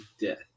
death